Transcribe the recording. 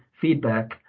feedback